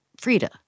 Frida